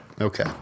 Okay